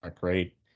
great